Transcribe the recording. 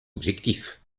objectif